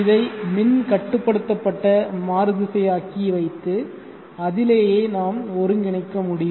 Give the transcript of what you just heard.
இதை மின் கட்டுப்படுத்தப்பட்ட மாறுதிசையாக்கி வைத்து அதிலேயே நாம் ஒருங்கிணைக்க முடியும்